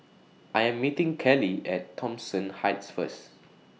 I Am meeting Keli At Thomson Heights First